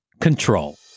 control